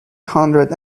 hundred